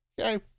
Okay